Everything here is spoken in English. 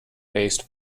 based